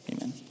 amen